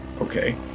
okay